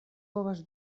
povas